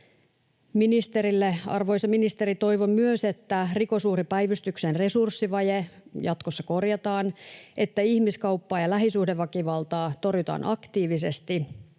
Arvoisa ministeri! Toivon myös, että Rikosuhripäivystyksen resurssivaje jatkossa korjataan ja että ihmiskauppaa ja lähisuhdeväkivaltaa torjutaan aktiivisesti